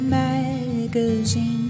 magazine